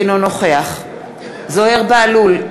אינו נוכח זוהיר בהלול,